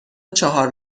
چهار